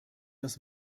das